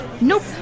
nope